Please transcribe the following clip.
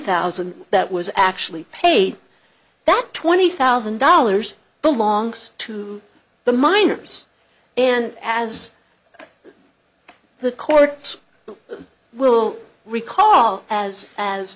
thousand that was actually paid that twenty thousand dollars belongs to the minors and as the courts will recall as as